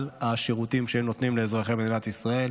השירותים שהן נותנות לאזרחי מדינת ישראל.